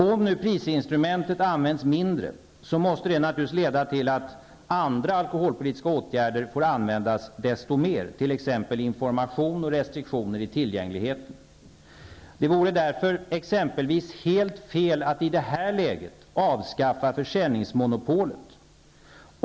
Om nu prisinstrumentet används mindre måste det naturligtvis leda till att andra alkoholpolitiska åtgärder får användas desto mer, t.ex. Det vore därför exempelvis helt fel att i detta läge avskaffa försäljningsmonopolet.